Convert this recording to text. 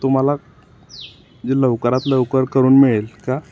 तो मला जे लवकरात लवकर करून मिळेल का